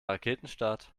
raketenstart